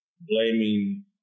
blaming